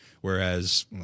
Whereas